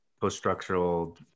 post-structural